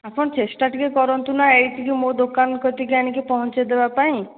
ଆପଣ ଚେଷ୍ଟା ଟିକିଏ କରନ୍ତୁ ନା ଏଇଠିକୁ ମୋ ଦୋକାନ କତିକୁ ଆଣିକି ପହଞ୍ଚାଇଦେବା ପାଇଁ